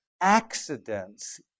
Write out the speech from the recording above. accidents